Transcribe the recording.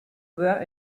were